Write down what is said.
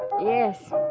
Yes